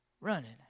running